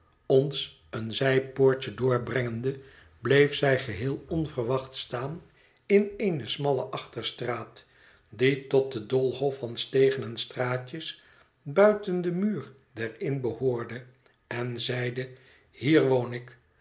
ons een zijpoortje doorbrengende bleef zij geheel onverwacht staan in eene smalle achterstraat die tot den doolhof van stegen en straatjes buiten den muur der inn behoorde en zeide hier woon ik